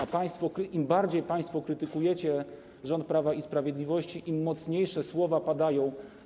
A im bardziej państwo krytykujecie rząd Prawa i Sprawiedliwości, im mocniejsze słowa padają.